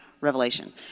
Revelation